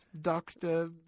Doctor